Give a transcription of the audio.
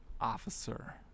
officer